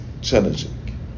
challenging